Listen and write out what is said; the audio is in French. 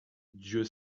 dieu